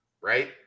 Right